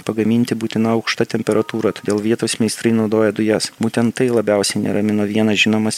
pagaminti būtina aukšta temperatūra todėl vietos meistrai naudoja dujas būtent tai labiausiai neramina vieną žinomą